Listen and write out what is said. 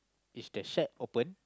is the shed open